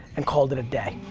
and called it a day.